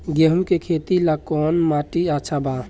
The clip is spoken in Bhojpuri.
गेहूं के खेती ला कौन माटी अच्छा बा?